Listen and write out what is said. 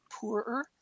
poorer